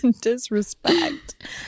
disrespect